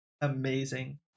amazing